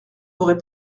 aurait